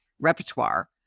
repertoire